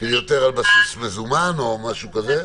יותר על בסיס מזומן או משהו כזה?